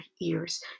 ears